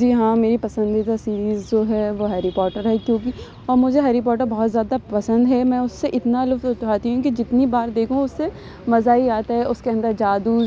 جی ہاں میری پسندیدہ سیریز جو ہے وہ ہیری پورٹر ہے کیوں کہ وہ مجھے ہیری پورٹر بہت زیادہ پسند ہے میں اُس سے اتنا لُطف اُٹھاتی ہوں کہ جتنی بار دیکھوں اُس سے مزہ ہی آتا ہے اُس کے اندر جادو